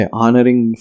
honoring